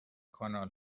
کانال